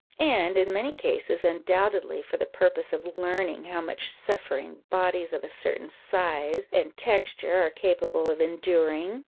and, in many cases, undoubtedly for the purpose of learning how much suffering bodies of a certain size and texture are capable of enduring?